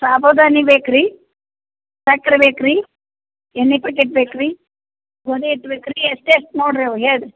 ಸಾಬೂದಾನಿ ಬೇಕುರಿ ಸಕ್ಕರೆ ಬೇಕುರಿ ಎಣ್ಣೆ ಪ್ಯಾಕೆಟ್ ಬೇಕುರಿ ಗೋಧಿ ಹಿಟ್ಟು ಬೇಕುರಿ ಎಷ್ಟೆಷ್ಟು ನೋಡ್ರಿ ಅವು ಹೇಳ್ರಿ